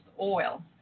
oil